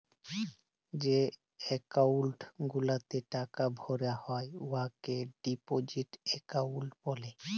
যে একাউল্ট গুলাতে টাকা ভরা হ্যয় উয়াকে ডিপজিট একাউল্ট ব্যলে